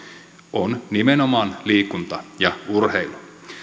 on nimenomaan liikunta ja urheilu